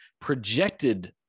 projected